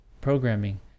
programming